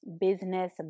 business